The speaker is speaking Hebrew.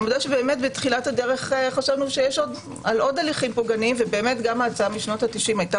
בתחילת הדרך חשבנו על עוד הליכים פוגעניים וגם ההצעה בשנות ה-90' היתה